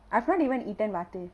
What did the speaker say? I've not even eaten vaathu